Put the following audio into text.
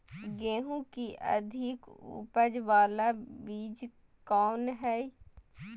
गेंहू की अधिक उपज बाला बीज कौन हैं?